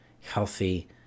healthy